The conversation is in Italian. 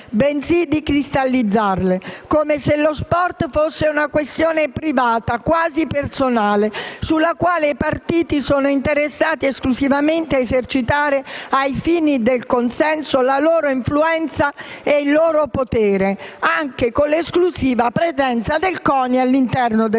bensì di cristallizzarle, come se lo sport fosse una questione privata, quasi personale, sulla quale i partiti sono interessati esclusivamente a esercitare, ai fini dei consenso, la loro influenza e il loro potere, anche con l'esclusiva presenza del CONI all'interno delle scuole.